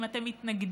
אם אתם מתנגדים,